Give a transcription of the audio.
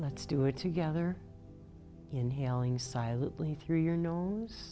let's do it together inhaling silently through your nose